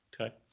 okay